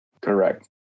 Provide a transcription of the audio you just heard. Correct